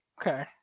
Okay